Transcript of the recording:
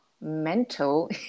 mental